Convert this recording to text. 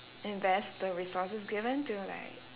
invest the resources given to like